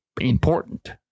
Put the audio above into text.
important